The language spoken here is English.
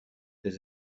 his